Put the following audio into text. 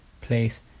place